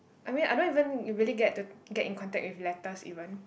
I mean I don't even you really get to get in contact in letters even